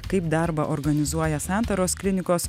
kaip darbą organizuoja santaros klinikos